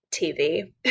tv